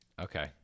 okay